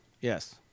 yes